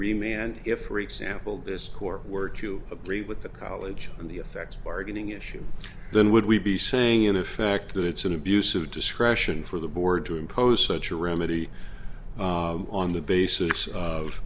remain and if three example this court were to agree with the college and the effect bargaining issue then would we be saying in effect that it's an abuse of discretion for the board to impose such a remedy on the basis of